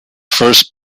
first